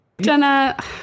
Jenna